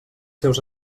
seus